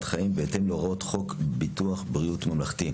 חיים בהתאם להוראות חוק ביטוח בריאות ממלכתי.